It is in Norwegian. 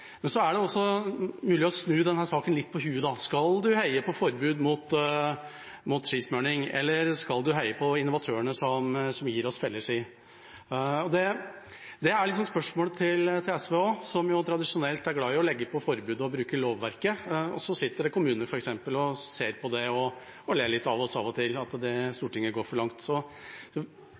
men det er også mulig å snu denne saken litt på hodet. Skal man heie på forbud mot skismurning, eller skal man heie på innovatørene som gir oss felleski? Det er spørsmålet til SV også, som tradisjonelt er glad i å legge på forbud og bruke lovverket, og så sitter kommuner f.eks. og ser på det og ler litt av oss av og til – av at Stortinget går for langt.